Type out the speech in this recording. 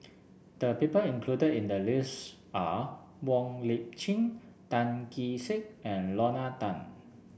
the people included in the list are Wong Lip Chin Tan Kee Sek and Lorna Tan